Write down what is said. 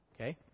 okay